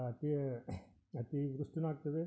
ಅತೀ ಅತಿವೃಷ್ಟಿಯೂ ಆಗ್ತದೆ